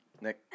Nick